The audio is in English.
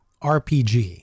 RPG